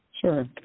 Sure